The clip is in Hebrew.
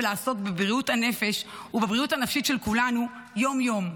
לעסוק בבריאות הנפש ובבריאות הנפשית של כולנו יום- יום,